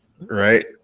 Right